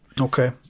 Okay